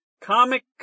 Comic